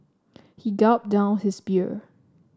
he gulped down his beer